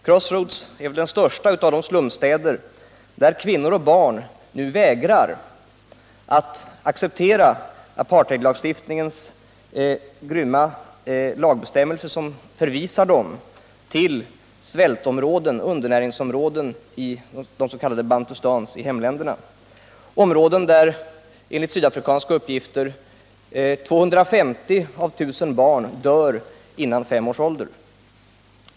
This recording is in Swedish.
Crossroads är den största av de slumstäder där kvinnor och barn nu vägrar att acceptera apartheidlagstiftningens grymma bestämmelser, som förvisar dem till svältoch undernäringsområden i de s.k. bantustans i hemländerna — områden där enligt sydafrikanska uppgifter 250 av 1 000 barn dör före fem års ålder.